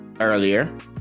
earlier